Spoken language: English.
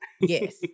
Yes